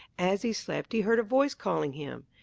as he slept he heard a voice calling him.